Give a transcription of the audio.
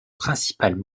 principale